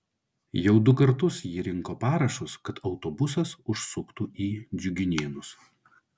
jau du kartus ji rinko parašus kad autobusas užsuktų į džiuginėnus